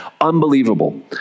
Unbelievable